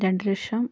രണ്ട് ലക്ഷം